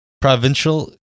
provincial